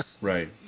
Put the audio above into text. Right